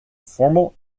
formal